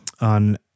on